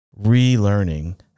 relearning